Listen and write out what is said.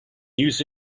use